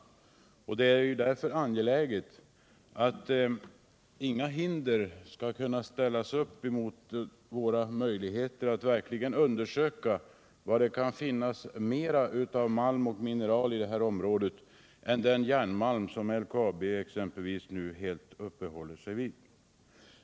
Det är därför angeläget att inga hinder skall kunna ställas upp för våra möjligheter att verkligen undersöka vad det kan finnas mer av malm och mineral i det här området än den järnmalm som LKAB exempelvis nu helt uppehåller sig vid.